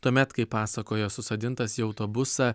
tuomet kaip pasakojo susodintas į autobusą